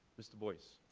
mr. boyce.